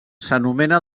s’anomena